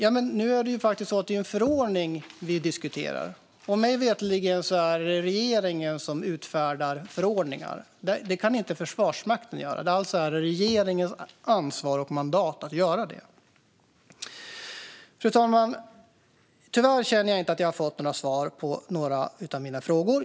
Det är faktiskt en förordning vi diskuterar, och mig veterligen är det regeringen som utfärdar förordningar. Det kan inte Försvarsmakten göra. Alltså är det regeringens ansvar och mandat att göra detta. Fru talman! Tyvärr känner jag inte att jag har fått svar på några av mina frågor.